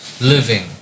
Living